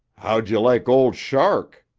how'd you like old shark?